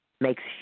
makes